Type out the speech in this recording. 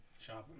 shopping